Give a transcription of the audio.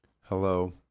Hello